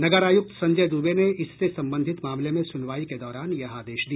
नगर आयुक्त संजय दूबे ने इससे संबंधित मामले में सुनवाई के दौरान यह आदेश दिया